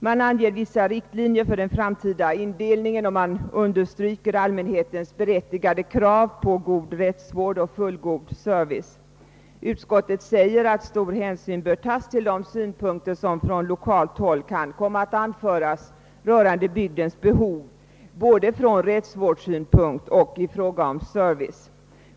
Vi anger vissa riktlinjer för den framtida indelningen och understryker allmänhetens berättigade krav på god rättsvård och fullgod service. Det heter i utlåtandet att stor hänsyn bör tas till de synpunkter som från lokalt håll kan komma att anföras rörande bygdens behov från rättsvårdssynpunkt och i fråga om service.